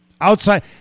outside